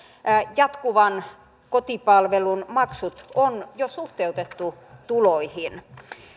jatkuvan kotipalvelun maksut on jo suhteutettu tuloihin